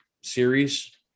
series